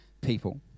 people